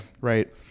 Right